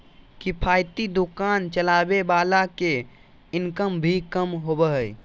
किफायती दुकान चलावे वाला के इनकम भी कम होबा हइ